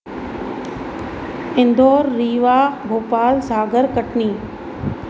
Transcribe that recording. Indore Rewa Bhopal Sagar Katni